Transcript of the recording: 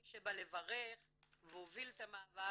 מי שבא לברך והוביל את המאבק,